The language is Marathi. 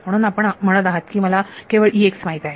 म्हणून आपण म्हणत आहात की मला केवळ माहित आहे